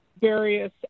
various